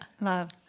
love